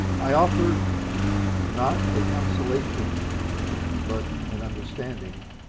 i offer not a consolation but an understanding,